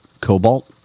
cobalt